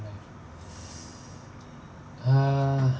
uh